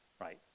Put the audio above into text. right